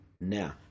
Now